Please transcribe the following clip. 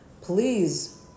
Please